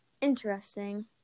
Interesting